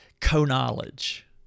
co-knowledge